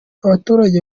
abaturage